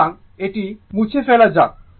সুতরাং এটি মুছে ফেলা যাক